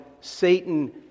Satan